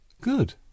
Good